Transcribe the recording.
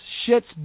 shit's